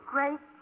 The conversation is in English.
Great